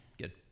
good